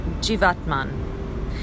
jivatman